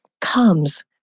comes